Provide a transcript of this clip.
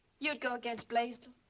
you'd go against blaisdell?